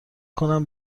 کنم